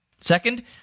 Second